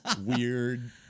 weird